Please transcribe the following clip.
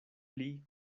pli